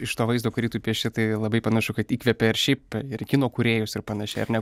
iš to vaizdo kurį tu pieši tai labai panašu kad įkvėpė ir šiaip ir kino kūrėjus ir panašiai ar ne